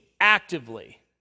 actively